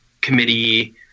committee